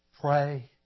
Pray